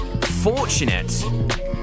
fortunate